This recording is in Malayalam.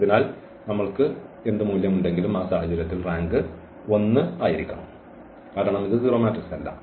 അതിനാൽ നമ്മൾ ക്ക് എന്ത് മൂല്യമുണ്ടെങ്കിലും ആ സാഹചര്യത്തിൽ റാങ്ക് 1 ആയിരിക്കണം കാരണം ഇത് 0 മാട്രിക്സ് അല്ല